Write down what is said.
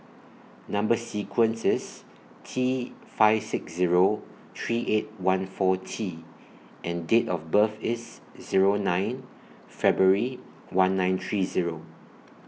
Number sequence IS T five six Zero three eight one four T and Date of birth IS Zero nine February one nine three Zero